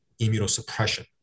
immunosuppression